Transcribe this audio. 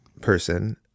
person